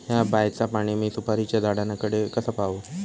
हया बायचा पाणी मी सुपारीच्या झाडान कडे कसा पावाव?